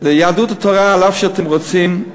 ליהדות התורה, אף שאתם רוצים,